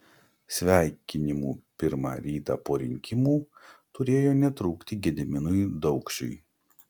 sveikinimų pirmą rytą po rinkimų turėjo netrūkti gediminui daukšiui